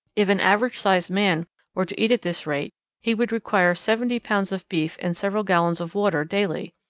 if an average-sized man were to eat at this rate he would require seventy pounds of beef and several gallons of water daily.